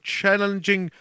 challenging